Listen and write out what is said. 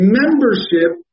membership